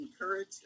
encourage